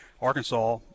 Arkansas